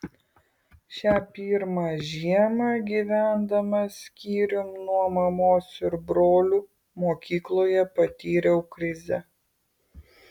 šią pirmą žiemą gyvendamas skyrium nuo mamos ir brolių mokykloje patyriau krizę